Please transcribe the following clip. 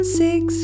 six